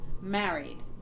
married